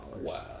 Wow